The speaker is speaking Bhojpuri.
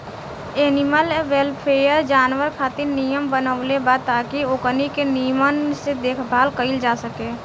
एनिमल वेलफेयर, जानवर खातिर नियम बनवले बा ताकि ओकनी के निमन से देखभाल कईल जा सके